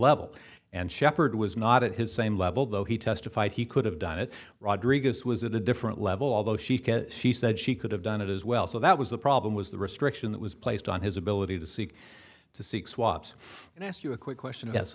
level and shepherd was not at his same level though he testified he could have done it rodriguez was at a different level although she can she said she could have done it as well so that was the problem was the restriction that was placed on his ability to seek to seek swaps and ask you a quick question